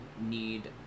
need